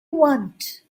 want